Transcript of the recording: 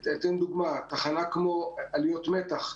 לדוגמא, תחנה כמו עליית מתח.